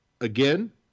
again